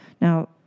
Now